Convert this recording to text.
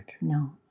No